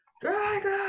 Dragon